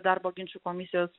darbo ginčų komisijos